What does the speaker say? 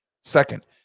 Second